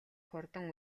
хурдан